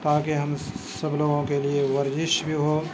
تاکہ ہم سب لوگوں کے لیے ورزش بھی ہو